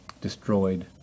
destroyed